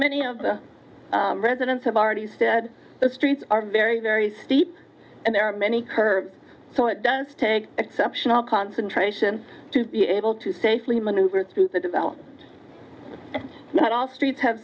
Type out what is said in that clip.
many of the residents have already said the streets are very very steep and there are many curves so it does take exceptional concentration to be able to safely maneuver through the development not all streets have